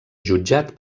jutjat